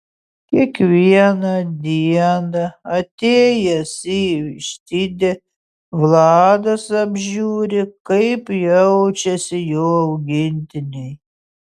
kiekvieną dieną atėjęs į vištidę vladas apžiūri kaip jaučiasi jo augintiniai